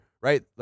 right